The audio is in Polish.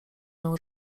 nią